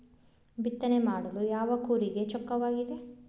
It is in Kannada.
ಬಿತ್ತನೆ ಮಾಡಲು ಯಾವ ಕೂರಿಗೆ ಚೊಕ್ಕವಾಗಿದೆ?